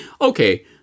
Okay